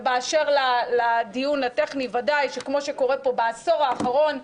ובאשר לדיון הטכני ודאי שכמו שקורה פה בעשור האחרון,